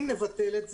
אם נבטל את זה,